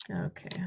okay